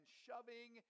shoving